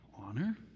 Honor